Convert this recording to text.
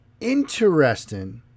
interesting